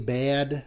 bad